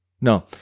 No